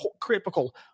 critical